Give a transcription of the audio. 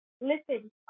Listen